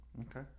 Okay